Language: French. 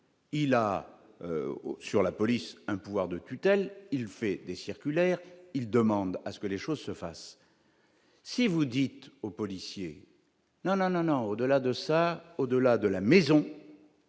aussi sur la police, un pouvoir de tutelle, il fait des circulaires, il demande à ce que les choses se fassent. Si vous dites aux policiers non non non non, au-delà de ça, au-delà de la maison.